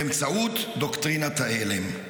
באמצעות דוקטרינת ההלם.